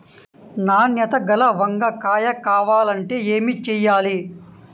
నాణ్యత గల వంగ కాయ కావాలంటే ఏమి చెయ్యాలి?